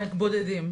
בודדים.